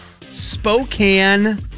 Spokane